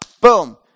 boom